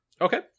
Okay